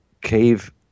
cave